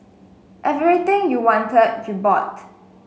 everything you wanted you bought